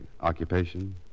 occupation